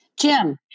Jim